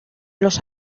los